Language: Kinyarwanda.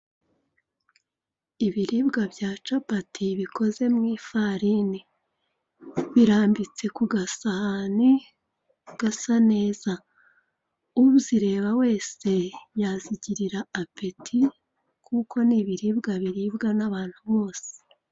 Ibiribwa bya capati bikozwe mu ifarini, birambitse ku gasahani gasa neza. Uzireba wese yazigiririra apeti kuko ni ibiribwa biribwa n'abantu bose.